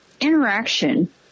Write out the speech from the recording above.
interaction